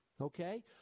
Okay